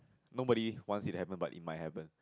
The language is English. nobody wants it to happen but it might happen